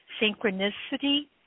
synchronicity